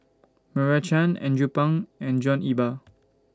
Meira Chand Andrew Phang and John Eber